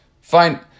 Fine